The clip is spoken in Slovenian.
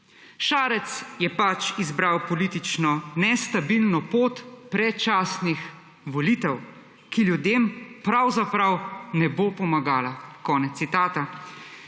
Šarec je pač izbral politično nestabilno pot predčasnih volitev, ki ljudem pravzaprav ne bo pomagala.«